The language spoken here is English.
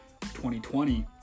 2020